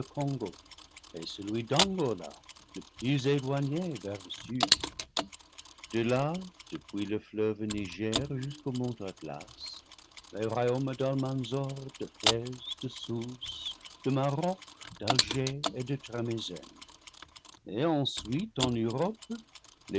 et celui d'angola le plus éloigné vers le sud de là depuis le fleuve niger jusqu'au mont atlas les royaumes d'almanzor de fez de sus de maroc d'alger et de tremizen et ensuite en europe